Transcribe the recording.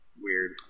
Weird